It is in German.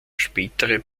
spätere